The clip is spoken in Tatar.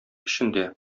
эчендә